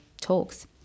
talks